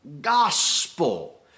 gospel